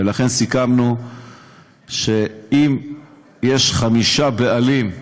ולכן סיכמנו שאם יש חמישה בעלים,